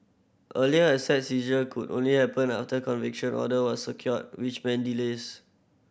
earlier asset seizure could only happen after conviction order was secured which meant delays